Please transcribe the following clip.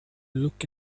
look